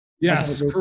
Yes